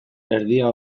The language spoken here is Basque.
erdia